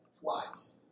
twice